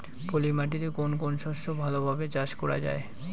পলি মাটিতে কোন কোন শস্য ভালোভাবে চাষ করা য়ায়?